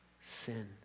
Sin